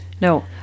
no